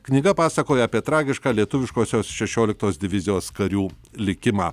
knyga pasakoja apie tragišką lietuviškosios šešioliktos divizijos karių likimą